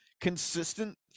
consistent